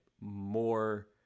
more